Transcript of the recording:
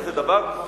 כזה דבר,